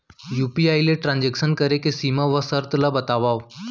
UPI ले transaction करे के सीमा व शर्त ला बतावव?